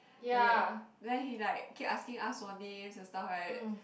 like that then he like keep asking us for name and stuff like that